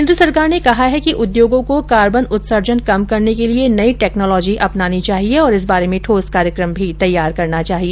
केन्द्र सरकार ने कहा है कि उद्योगों को कार्बन उत्सर्जन कम करने के लिए नयी टेक्नोलाजी अपनानी चाहिए और इस बारे में ठोस कार्यक्रम भी तैयार करना चाहिए